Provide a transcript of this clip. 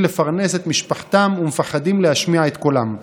לפרנס את משפחתם ומפחדים להשמיע את קולם.